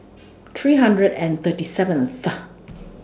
three hundred and thirty seventh